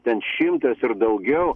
ten šimtas ir daugiau